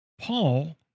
Paul